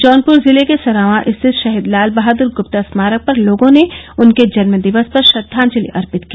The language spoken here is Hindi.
जौनपुर जिले के सरावां स्थित शहीद लालबहादुर गुप्त स्मारक पर लोगों ने उनके जन्मदिवस पर श्रद्वांजलि अर्पित की